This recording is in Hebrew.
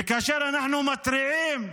וכאשר אנחנו מתריעים,